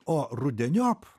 o rudeniop